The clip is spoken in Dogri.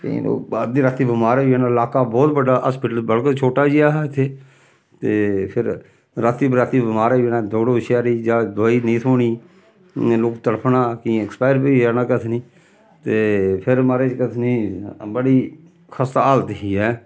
केईं लोक अद्धी रातीं बमार होई जाना लाका बहुत बड्डा हास्पिटल बड़ा छोटा जेहा हा इत्थै ते फिर रातीं बराती बमार होई जाना दौड़ो शैह्रै जां दोआई नेईं थ्होनी लोक तड़फना केइयें ऐक्सपायर बी होई जाना केह् आखना ते फिर महाराज कसनी बड़ी खस्ता हालत ही ऐं